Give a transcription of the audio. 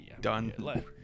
done